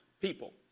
people